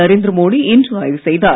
நரேந்திர மோடி இன்று ஆய்வு செய்தார்